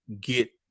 get